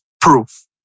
proof